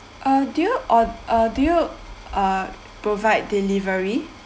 uh do you uh do you uh provide delivery